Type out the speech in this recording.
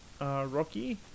Rocky